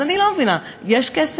אז אני לא מבינה, יש כסף,